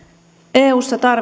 eussa tarvitaan